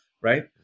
Right